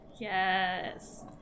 Yes